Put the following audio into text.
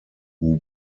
who